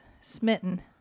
smitten